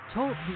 Talk